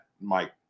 Mike